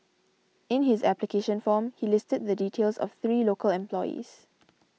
in his application form he listed the details of three local employees